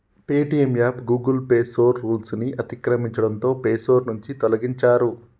Paytm app Google play store rules ని అతిక్రమించడంతో play store నుంచి తొలగించారు